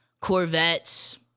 corvettes